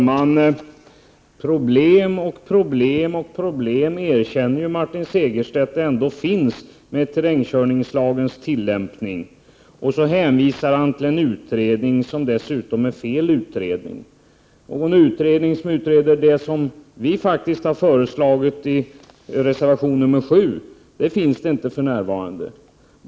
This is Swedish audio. Herr talman! Martin Segerstedt erkänner ju att det finns problem och åter problem med terrängkörningslagens tillämpning, och så hänvisar han till en utredning — och dessutom till fel utredning. Någon utredning som utreder det som vi faktiskt föreslagit i reservation nr 7 finns det för närvarande inte.